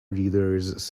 readers